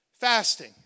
fasting